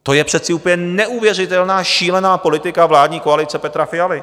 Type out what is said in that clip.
To je přece úplně neuvěřitelná, šílená politika vládní koalice Petra Fialy.